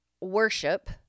worship